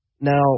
Now